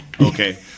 okay